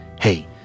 hey